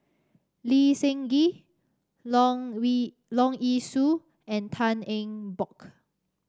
Lee Seng Gee Leong Leong Yee Soo and Tan Eng Bock